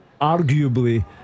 Arguably